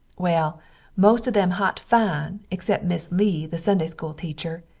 well most of them hot fine exept miss leigh the sunday school teacher,